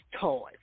toys